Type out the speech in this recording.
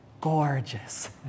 gorgeous